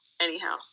Anyhow